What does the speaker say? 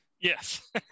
yes